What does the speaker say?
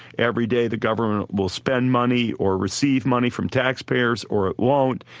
every day the government will spend money or receive money from taxpayers or it won't.